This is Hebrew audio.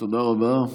תודה רבה.